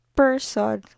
person